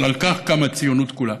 אבל על כך קמה הציונות כולה,